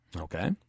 Okay